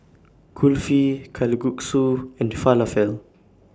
Kulfi Kalguksu and Falafel